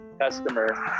customer